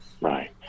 Right